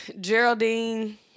Geraldine